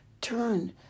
turn